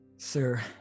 Sir